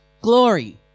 glory